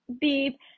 beep